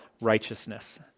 righteousness